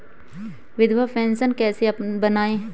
विधवा पेंशन कैसे बनवायें?